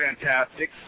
fantastic